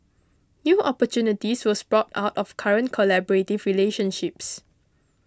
new opportunities will sprout out of current collaborative relationships